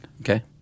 Okay